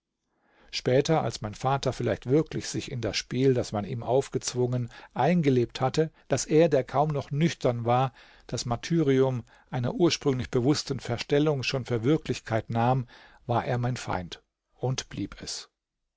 später als mein vater vielleicht wirklich sich in das spiel das man ihm aufgezwungen eingelebt hatte daß er der kaum noch nüchtern war das martyrium einer ursprünglich bewußten verstellung schon für wirklichkeit nahm war er mein feind und blieb es